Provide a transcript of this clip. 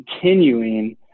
continuing